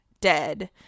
dead